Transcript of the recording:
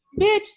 Bitch